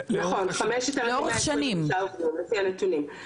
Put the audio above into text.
נכון, 5,129 לפי הנתונים.